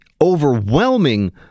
overwhelming